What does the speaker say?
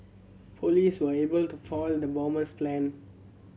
police were able to foil the bomber's plan